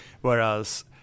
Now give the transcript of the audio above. Whereas